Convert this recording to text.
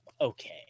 okay